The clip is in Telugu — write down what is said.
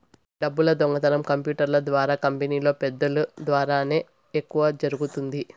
డబ్బులు దొంగతనం కంప్యూటర్ల ద్వారా కంపెనీలో పెద్దల ద్వారానే ఎక్కువ జరుగుతుంది